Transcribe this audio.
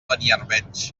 beniarbeig